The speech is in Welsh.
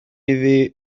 iddi